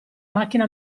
macchina